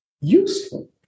useful